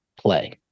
play